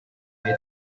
way